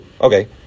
okay